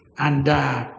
and